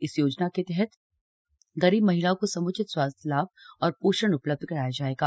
इस योजना के तहत गरीब महिलाओं को सम्चित स्वास्थ्य लाभ व पोषण उपलब्ध कराया जायेगा